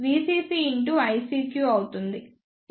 ICQ అవుతుంది